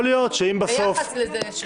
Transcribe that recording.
אני מברך עליה,